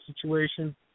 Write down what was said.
situation